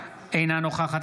אינו נוכח צגה מלקו,